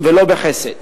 ולא בחסד.